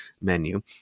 menu